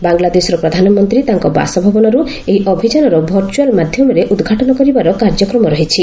ବାଙ୍ଗଲାଦେଶର ପ୍ରଧାନମନ୍ତ୍ରୀ ତାଙ୍କ ବାସଭବନରୁ ଏହି ଅଭିଯାନର ଭର୍ଚୁଆଲ୍ ମାଧ୍ୟମରେ ଉଦ୍ଘାଟନ କରିବାର କାର୍ଯ୍ୟକ୍ରମ ରହିଛି